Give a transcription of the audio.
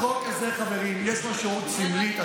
לחוק הזה, חברים, יש משמעות סמלית.